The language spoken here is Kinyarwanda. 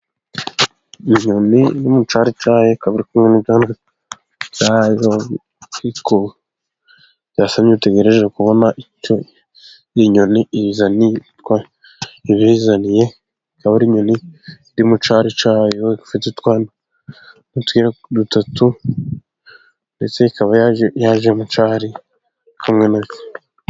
Inyoni iri mu cyari cya yo ikaba iri kumwe n'ibyana bya yo byasamye bitegereje kubona icyo nyoni ibizaniye, ikaba inyoni iri mucyari ifite utwana dutatu, ndetse ikaba yaje mu cyari iri hamwe na two .